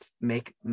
make